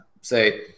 say –